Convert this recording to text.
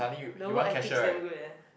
the work ethics damn good eh